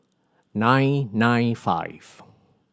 nine nine five